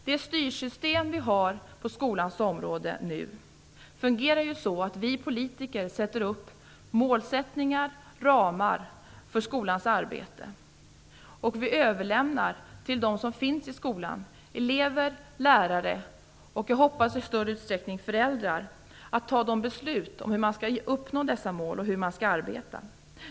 Det styrsystem vi nu har på skolans område fungerar så att vi politiker sätter upp mål och ramar för skolans arbete, och vi överlämnar till dem som finns på skolan, elever, lärare och - i allt större utsträckning, hoppas jag - föräldrar, att fatta beslut om hur man skall uppnå dessa mål och hur man skall arbeta.